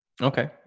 Okay